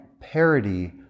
parody